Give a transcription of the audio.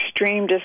extreme